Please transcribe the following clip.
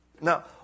Now